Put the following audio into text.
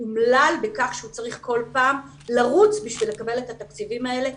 אומלל בכך שהוא צריך כל פעם לרוץ בשביל לקבל את התקציבים האלה.